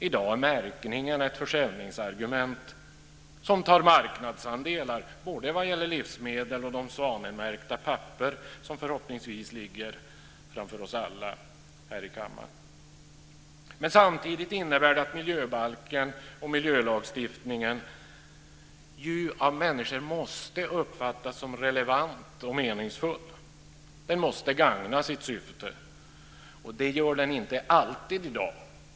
I dag är märkningen ett försäljningsargument som gör att marknadsandelar tas vad gäller både livsmedel och de, förhoppningsvis, Svanmärkta papper som ligger framför oss alla här i kammaren. Samtidigt innebär det att miljöbalken och miljölagstiftningen av människor måste uppfattas som relevanta och meningsfulla. Miljölagstiftningen måste gagna sitt syfte, men det gör den inte alltid i dag.